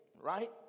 right